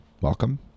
welcome